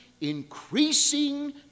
increasing